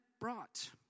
brought